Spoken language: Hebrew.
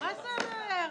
למה להגיד את זה?